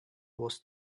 was